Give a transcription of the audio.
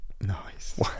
nice